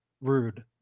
Rude